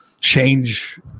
change